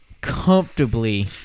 comfortably